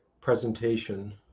presentation